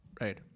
Right